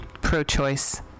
pro-choice